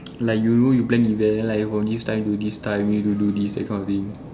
like you know you plan event like from this time to this time you need to do this that kind of thing